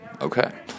Okay